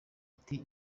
ati